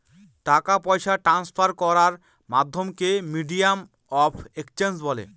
টাকা পয়সা ট্রান্সফার করার মাধ্যমকে মিডিয়াম অফ এক্সচেঞ্জ বলে